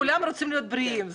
כולם רוצים להיות בריאים.